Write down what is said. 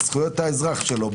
בזכויות האזרח שלו,